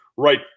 Right